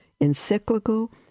encyclical